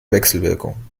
wechselwirkung